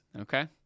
Okay